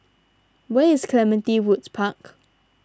where is Clementi Woods Park